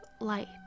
light